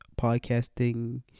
podcasting